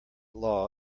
law